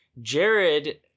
jared